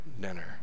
dinner